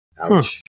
ouch